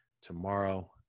tomorrow